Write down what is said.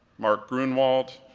mark grunewald,